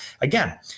again